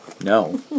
No